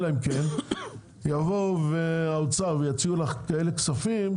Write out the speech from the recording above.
אלא אם יבואו מהאוצר ויציעו לך כאלה כספים,